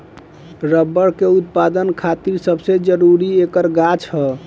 rubber के उत्पदान खातिर सबसे जरूरी ऐकर गाछ ह